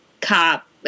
cop